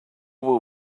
will